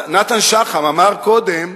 נתן שחם אמר קודם,